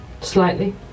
Slightly